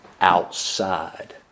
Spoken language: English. outside